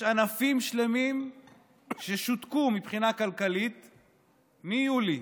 יש ענפים שלמים ששותקו מבחינה כלכלית מיולי,